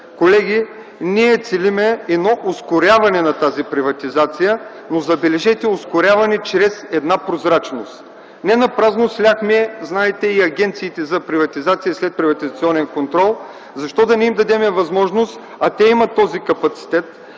колеги, ние целим ускоряване на тази приватизация, но, забележете, ускоряване чрез прозрачност. Не напразно сляхме агенциите за приватизация и за следприватизационен контрол – защо да не им дадем възможност, а те имат този капацитет,